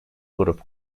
grup